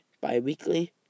bi-weekly